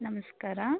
ನಮಸ್ಕಾರ